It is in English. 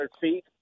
feet